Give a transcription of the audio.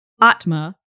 Atma